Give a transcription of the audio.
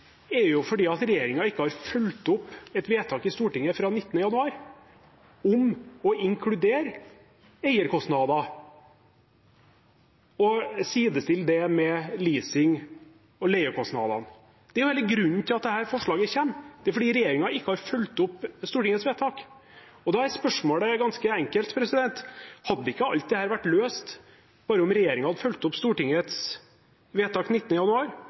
at regjeringen ikke har fulgt opp et vedtak i Stortinget fra 19. januar om å inkludere eierkostnader og sidestille dem med leasing- og leiekostnadene. Det er hele grunnen til at dette forslaget kommer – det er fordi regjeringen ikke har fulgt opp Stortingets vedtak. Og da er spørsmålet ganske enkelt: Ville ikke alt dette vært løst om bare regjeringen hadde fulgt opp Stortingets vedtak fra 19. januar?